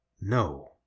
No